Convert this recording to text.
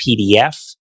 PDF